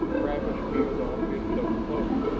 travis peeled off his soaked clothing,